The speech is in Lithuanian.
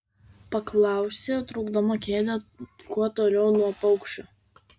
paklausė traukdama kėdę kuo toliau nuo paukščio